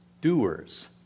doers